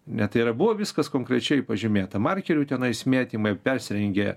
ne tai yra buvo viskas konkrečiai pažymėta markeriu tenais mėtymai persirengė